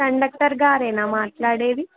conductor గారేనా మాట్లాడేది